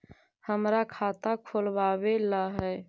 हमरा खाता खोलाबे ला है?